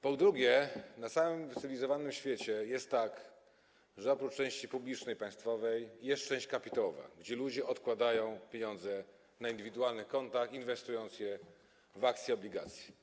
Po drugie, na całym cywilizowanym świecie jest tak, że oprócz części publicznej, państwowej, jest część kapitałowa, gdzie ludzie odkładają pieniądze na indywidualnych kontach, inwestując je w akcje, obligacje.